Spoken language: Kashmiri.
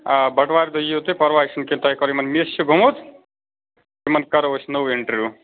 آ بَٹہٕ وارِ دۄہ یِیِو تُہۍ پَرواے چھُنہٕ کیٚنٛہہ تۄہہِ کَرو یِمن مِس چھُ گوٚمُت یِمَن کَرو أسۍ نوٚو اِنٹروِیو